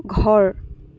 ঘৰ